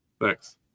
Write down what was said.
thanks